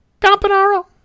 Campanaro